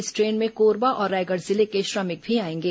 इस ट्रेन में कोरबा और रायगढ़ जिले के श्रमिक भी आएंगे